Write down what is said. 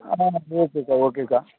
ஆ ஓகேக்கா ஓகேக்கா